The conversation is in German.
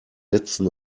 letzten